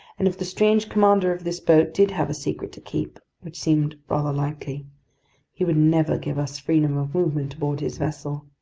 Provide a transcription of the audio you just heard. and if the strange commander of this boat did have a secret to keep which seemed rather likely he would never give us freedom of movement aboard his vessel.